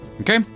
Okay